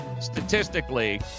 statistically